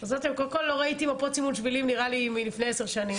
אז אמרתי קודם כל לא ראיתי מפות סימון שבילים נראה לי מלפני עשר שנים,